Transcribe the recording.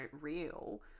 real